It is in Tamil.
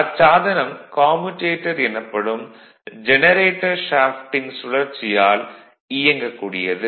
அச்சாதனம் கம்யூடேட்டர் எனப்படும் ஜெனரேட்டர் ஷேஃப்ட்டின் சுழற்சியால் இயங்கக் கூடியது